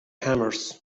hammers